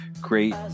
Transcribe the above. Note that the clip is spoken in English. great